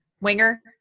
Winger